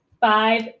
five